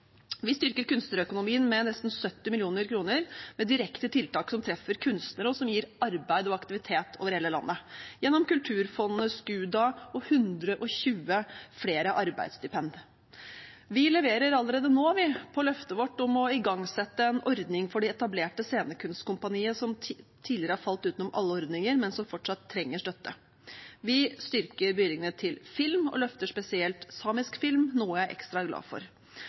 Vi styrker kunstnerøkonomien med nesten 70 mill. kr med direkte tiltak som treffer kunstnere, og som gir arbeid og aktivitet over hele landet, gjennom kulturfondet SKUDA og 120 flere arbeidsstipend. Vi leverer allerede nå på løftet vårt om å igangsette en ordning for de etablerte scenekunstkompaniene, som tidligere har falt utenfor alle ordninger, men som fortsatt trenger støtte. Vi styrker bevilgningene til film og løfter spesielt samisk film, noe jeg er ekstra glad for.